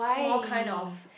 small kind of